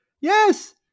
Yes